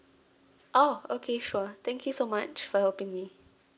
oh okay sure thank you so much for helping me